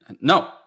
no